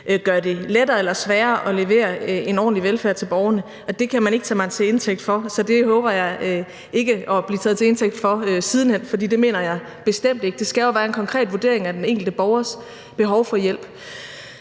gør det lettere eller sværere at levere en ordentlig velfærd til borgerne. Det kan man ikke tage mig til indtægt for. Så det håber jeg ikke at blive taget til indtægt for siden hen, for det mener jeg bestemt ikke. Det skal være en konkret vurdering af den enkelte borgers behov for hjælp.